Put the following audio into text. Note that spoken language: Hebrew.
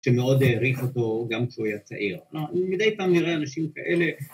‫שמאוד העריך אותו גם כשהוא היה צעיר. ‫אה, מדי פעם נראה אנשים כאלה...